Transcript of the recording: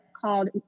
called